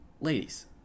ladies